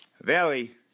Valley